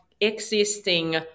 existing